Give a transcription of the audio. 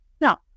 Now